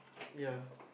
ya